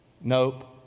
Nope